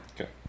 Okay